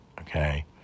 okay